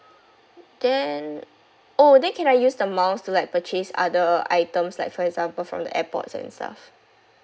then oh then can I use the miles to like purchase other items like for example from the airports and stuff